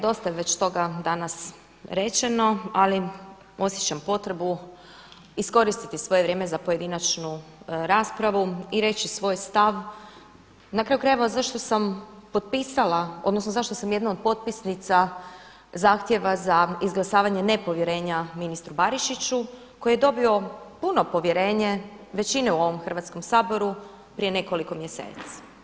Dosta je već toga danas rečeno, ali osjećam potrebu iskoristiti svoje vrijeme za pojedinačnu raspravu i reći svoj stav na kraju krajeva zašto sam potpisala, odnosno zašto sam jedna od potpisnica zahtjeva za izglasavanje nepovjerenja ministru Barišiću koji je dobio puno povjerenje većine u ovom Hrvatskom saboru prije nekoliko mjeseci.